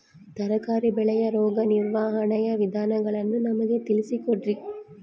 ತರಕಾರಿ ಬೆಳೆಯ ರೋಗ ನಿರ್ವಹಣೆಯ ವಿಧಾನಗಳನ್ನು ನಮಗೆ ತಿಳಿಸಿ ಕೊಡ್ರಿ?